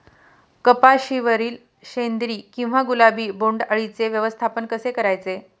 कपाशिवरील शेंदरी किंवा गुलाबी बोंडअळीचे व्यवस्थापन कसे करायचे?